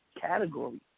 category